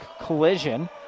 collision